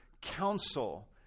counsel